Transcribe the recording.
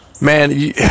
man